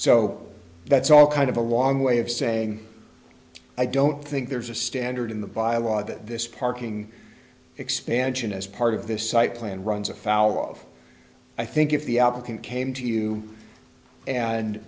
so that's all kind of a long way of saying i don't think there's a standard in the bylaw that this parking expansion as part of this site plan runs afoul of i think if the applicant came to you and